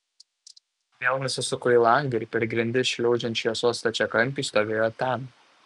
vėl nusisuko į langą ir per grindis šliaužiant šviesos stačiakampiui stovėjo ten